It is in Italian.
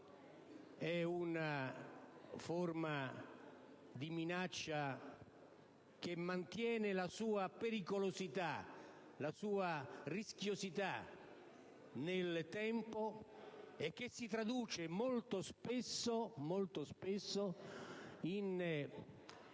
È una forma di minaccia che mantiene la sua pericolosità, la sua rischiosità nel tempo e che si traduce molto spesso in